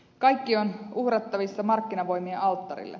kaikki on uhrattavissa markkinavoimien alttarille